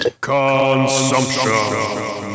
Consumption